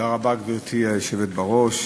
גברתי היושבת בראש,